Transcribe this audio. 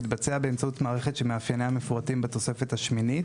תתבצע באמצעות מערכת שמאפייניה מפורטים בתוספת השמינית,